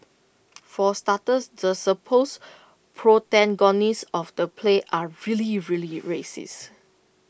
for starters the supposed protagonists of the play are really really racist